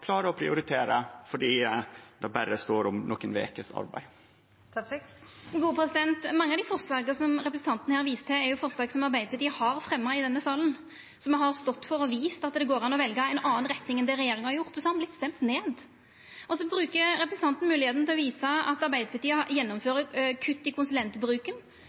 klare å prioritere, fordi det berre står om arbeid i nokre veker. Mange av dei forslaga som representanten viser til, er forslag som Arbeidarpartiet har fremja i denne salen, så me har stått for og vist at det går an å velja ei anna retning enn regjeringa har gjort. Så har me vorte stemde ned. Representanten bruker moglegheita til å visa at Arbeidarpartiet gjennomfører kutt i konsulentbruken.